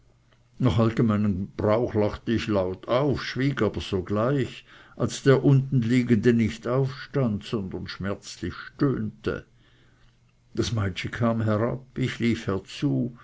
allgemeinem brauch lachte ich laut auf schwieg aber sogleich als der unten liegende nicht aufstand sondern schmerzlich stöhnte das meitschi kam herab ich lief herzu